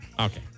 Okay